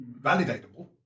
validatable